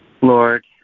Lord